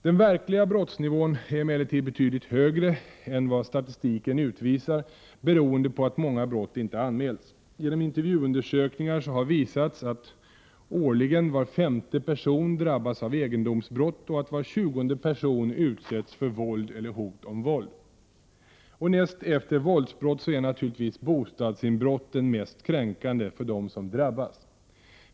Den verkliga brottsnivån är emellertid betydligt högre än vad statistiken utvisar, beroende på att många brott inte anmäls. Genom intervjuundersökningar har visats att årligen var femte person drabbas av egendomsbrott och att var tjugonde person utsätts för våld eller hot om våld. Näst efter våldsbrott är naturligtvis bostadsinbrotten mest kränkande för dem som drabbas.